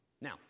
Now